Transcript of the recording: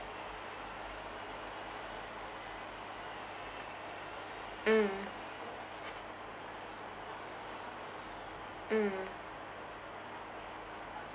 mm mm